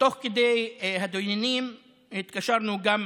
תוך כדי הדיונים התקשרנו גם